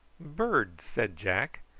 birds, said jack.